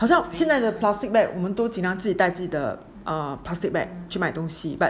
很像现在的 plastic bag 我们自己拿自己带自己的 um plastic bag 去买东西 but